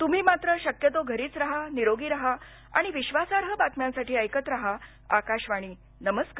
तम्ही मात्र शक्यतो घरीच राहा निरोगी राहा आणि विश्वासार्ह बातम्यांसाठी ऐकत राहा आकाशवाणी नमस्कार